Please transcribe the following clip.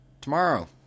tomorrow